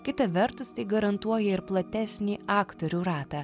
kita vertus tai garantuoja ir platesnį aktorių ratą